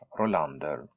Rolander